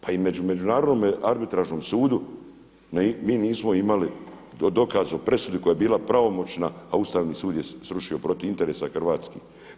Pa i na Međunarodnom arbitražnom sudu mi nismo imali dokaz o presudi koja je bila pravomoćna a Ustavni sud je srušio protiv interesa hrvatskih.